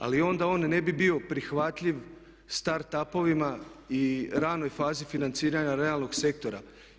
Ali onda on ne bi bio prihvatljiv start up-ovima i ranoj fazi financiranja realnog sektora.